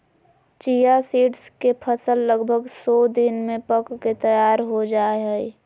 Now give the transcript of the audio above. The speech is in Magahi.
चिया सीड्स के फसल लगभग सो दिन में पक के तैयार हो जाय हइ